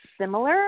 similar